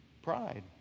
Pride